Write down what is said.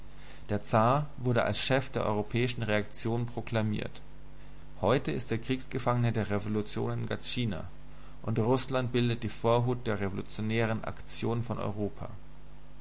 der zar wurde als chef der europäischen reaktion proklamiert heute ist er kriegsgefangner der revolution in gatschina und rußland bildet die vorhut der revolutionären aktion von europa